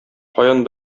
каян